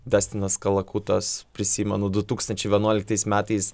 destinas kalakutas prisimenu du tūkstančiai vienuoliktais metais